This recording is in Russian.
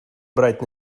брать